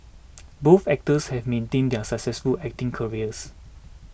both actors have maintained their successful acting careers